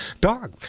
dog